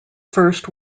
first